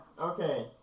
okay